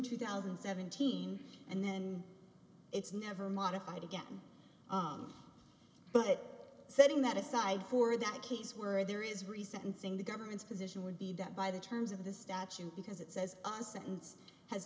two thousand and seventeen and then it's never modified again but setting that aside for that case were there is resentencing the government's position would be that by the terms of the statute because it says a sentence has